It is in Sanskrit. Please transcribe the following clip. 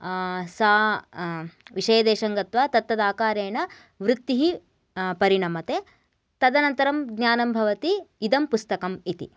सा विषयदेशं गत्वा तत्तदाकारेण वृत्तिः परिणमते तदनन्तरं ज्ञानं भवति इदं पुस्तकम् इति